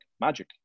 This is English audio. magic